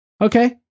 Okay